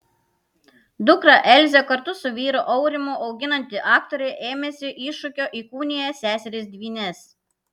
dukrą elzę kartu su vyru aurimu auginanti aktorė ėmėsi iššūkio įkūnija seseris dvynes